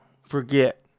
forget